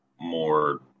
more